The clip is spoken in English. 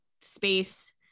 space